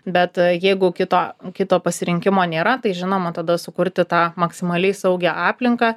bet jeigu kito kito pasirinkimo nėra tai žinoma tada sukurti tą maksimaliai saugią aplinką